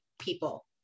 people